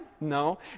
No